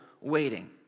waiting